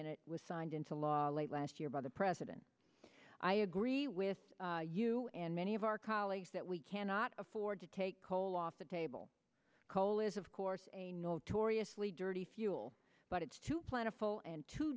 and it was signed into law late last year by the president i agree with you and many of our colleagues that we cannot afford to take coal off the table coal is of course a notoriously dirty fuel but it's too plentiful and too